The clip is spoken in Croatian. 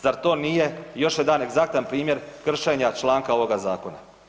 Zar to nije još jedan egzaktan primjer kršenja članka ovoga zakona?